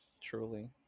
Truly